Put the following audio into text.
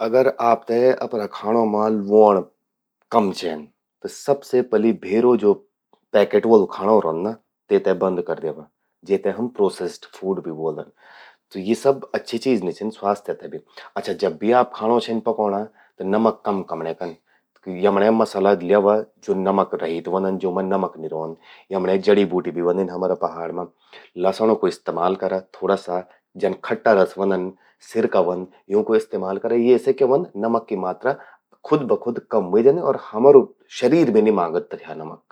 अगर आपतो अपरा खाणौं मां ल्वोंण कम चेंद त सबसे पलि भेरो ज्वो पैकेट वलु खाणों रौंद ना, तेते बंद कर द्यावा। जेते हम प्रोसेस्ड फूड भी ब्वोलदन। त यि सब अच्छि चीज नि छिन स्वास्थ्य ते भी। जब भी आप खाणों छिन पकौंणां त नमक कम कमण्यें कन। यमण्यें मसाला ल्यावा, ज्वो नमक रहित व्हंदन, जूंमा नमक नि रौंद। यमण्यें जड़ी-बूटी भि ह्वोंदिन हमरा पहाड़ मां। लसण कू इस्तेमाल करा थोड़ा सा। जन खट्टा रस ह्वंदन, सिरका ह्वंद, यूंकू इस्तेमाल करा। ये से क्या ह्वंद नमक की मात्रा खुद ब खुद कम ह्वे जंदि अर हमरु शरीर भी नि मांगद तथ्या नमक।